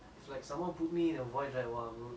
that's damn scary